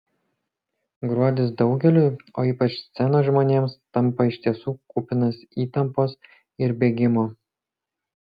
gruodis daugeliui o ypač scenos žmonėms tampa iš tiesų kupinas įtampos ir bėgimo